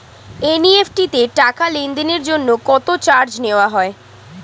NEFT তে টাকা লেনদেনের জন্য কত চার্জ নেয়া হয়?